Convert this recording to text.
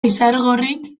izargorrik